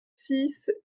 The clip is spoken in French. six